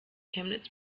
chemnitz